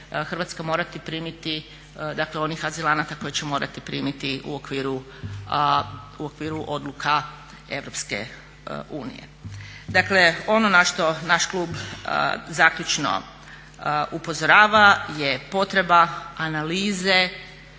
Hrvatska morati primiti dakle onih azilanata koje će morati primiti u okviru odluka Europske unije. Dakle, ono na što naš klub zaključno upozorava je potreba analize